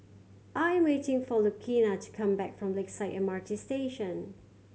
I am waiting for Lucina to come back from Lakeside M R T Station